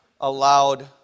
allowed